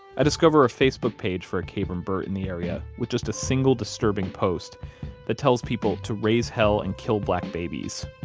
i discover a facebook page for a kabrahm burt in the area, with just a single disturbing post that tells people to raise hell and kill black babies,